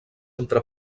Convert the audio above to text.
entre